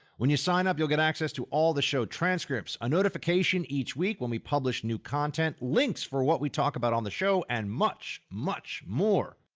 when you sign up you'll get access to all the show transcripts, a notification each week when we publish new content, links for what we talk about on the show, and much, much more.